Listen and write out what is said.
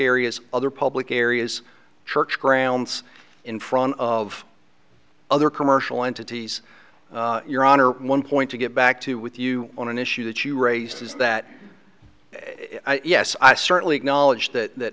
areas other public areas church grounds in front of other commercial entities your honor one point to get back to with you on an issue that you raised is that yes i certainly acknowledge that